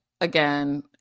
again